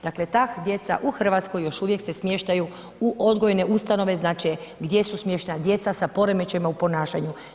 Dakle, ta djeca u RH još uvijek se smještaju u odgojne ustanove, znači, gdje su smještena djeca sa poremećajima u ponašanju.